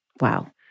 Wow